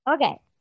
Okay